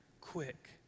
quick